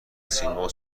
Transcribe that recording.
سیمرغ